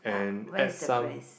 but where is the place